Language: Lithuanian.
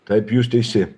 taip jūs teisi